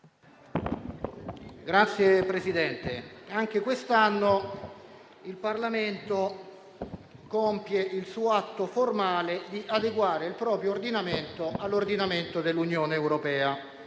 Signor Presidente, anche quest'anno il Parlamento compie il suo atto formale per adeguare il proprio ordinamento all'ordinamento dell'Unione europea.